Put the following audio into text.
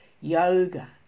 yoga